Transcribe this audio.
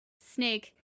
snake